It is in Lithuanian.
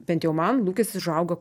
bent jau man lūkestis užaugo